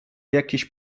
jakieś